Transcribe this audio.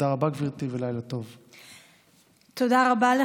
תודה רבה,